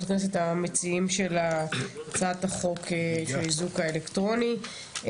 הכנסת המציעים של הצעת החוק של האיזוק האלקטרוני,